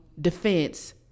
defense